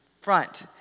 front